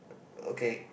okay